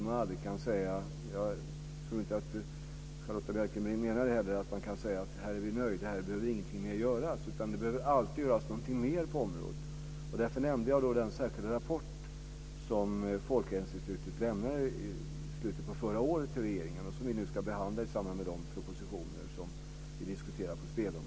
Jag tror inte att Charlotta Bjälkebring menar att man kan säga att man är nöjd och att ingenting mer behöver göras. Detta är ett område där det alltid behöver göras någonting mer. Därför nämnde jag den särskilda rapport som Folkhälsoinstitutet lämnade till regeringen i slutet på förra året, som vi nu ska behandla i samband med de propositioner på spelområdet som vi diskuterar framöver.